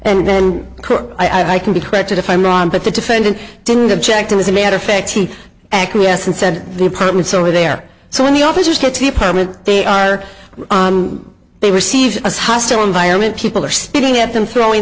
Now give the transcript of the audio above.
and then i can be corrected if i'm wrong but the defendant didn't object it was a matter of fact she acquiesced and said the apartments over there so when the officers to tea party they are they receive a hostile environment people are spitting at them throwing